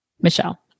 Michelle